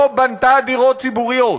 לא בנתה דירות ציבוריות.